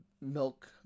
milk